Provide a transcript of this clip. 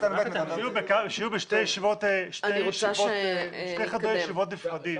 שיהיו בשני חדרי ישיבות נפרדים,